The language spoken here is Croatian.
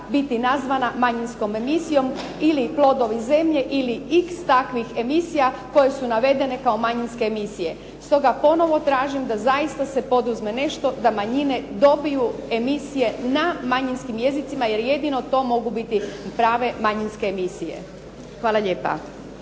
biti nazvana manjinskom emisijom, ili „Plodovi zemlje“ ili „x“ takvih emisija koje su navedene kao manjinske emisije. Stoga ponovo tražim da zaista se poduzme nešto da manjine dobiju emisije na manjinskim jezicima jer jedino to mogu biti prave manjinske emisije. Hvala lijepa.